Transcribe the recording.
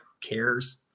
cares